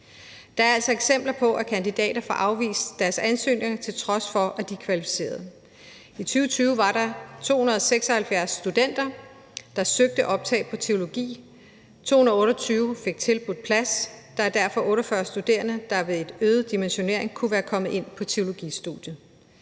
Der er altså eksempler på, at kandidater får afvist deres ansøgning, til trods for at de er kvalificeret. I 2020 var der 276 studenter, der søgte om optagelse på teologi. 228 fik tilbudt en plads. Der er derfor 48 studerende, der ved en øget dimensionering kunne være kommet ind på teologistudiet.